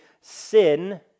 sin